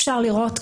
אפשר לראות,